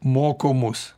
moko mus